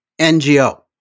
NGO